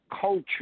culture